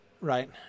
right